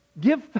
Give